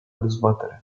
dezbatere